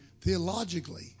theologically